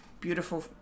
Beautiful